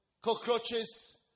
cockroaches